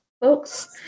folks